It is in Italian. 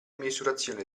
misurazione